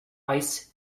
ice